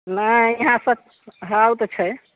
नहि यहांँ सस हँ उ तऽ छै